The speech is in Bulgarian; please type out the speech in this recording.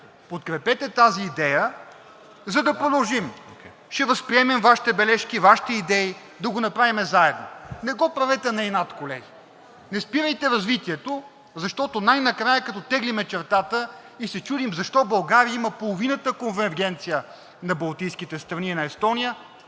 подкрепете тази идея, за да продължим. Ще възприемем Вашите бележки, Вашите идеи да го направим заедно. Не го правете на инат, колеги, не спирайте развитието, защото най-накрая, като теглим чертата и се чудим защо България има половината конвергенция на Балтийските страни и на Естония,